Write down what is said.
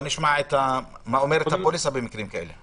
נשמע מה אומרת הפוליסה במקרה הזה.